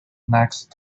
next